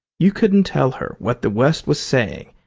you couldn't tell her what the west was saying,